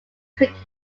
cricket